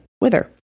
Wither